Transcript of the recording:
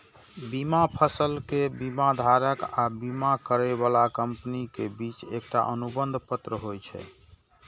बीमा असल मे बीमाधारक आ बीमा करै बला कंपनी के बीच एकटा अनुबंध पत्र होइ छै